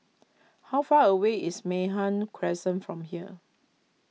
how far away is Mei Hwan Crescent from here